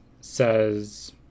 says